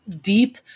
deep